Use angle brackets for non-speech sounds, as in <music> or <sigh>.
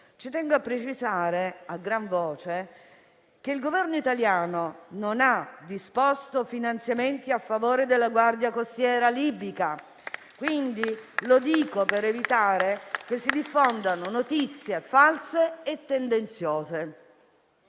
ci tengo a precisare a gran voce che il Governo italiano non ha disposto finanziamenti a favore della guardia costiera libica. <applause> Lo dico per evitare che si diffondano notizie false e tendenziose.